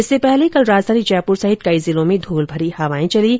इससे पहले कल राजधानी जयपुर सहित कई जिलों में धूल भरी हवाएं चलीं